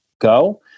go